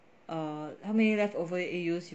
err how many leftover a_us